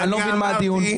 אני לא מבין מה הדיון.